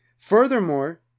Furthermore